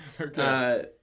Okay